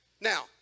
Now